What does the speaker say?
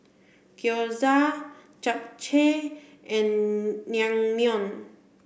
Gyoza Japchae and Naengmyeon